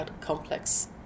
complex